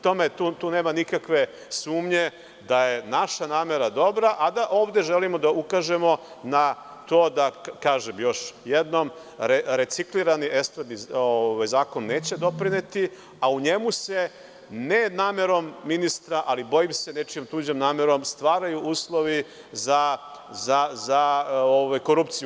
Tu nema nikakve sumnje da je naša namera dobra, a da ovde želimo da ukažemo da, kažem još jednom, reciklirani estradni zakon neće doprineti, a u njemu se, ne namerom ministra, ali bojim se nečijom tuđom namerom, stvaraju uslovi za korupciju.